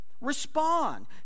respond